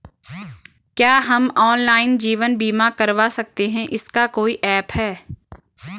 क्या हम ऑनलाइन जीवन बीमा करवा सकते हैं इसका कोई ऐप है?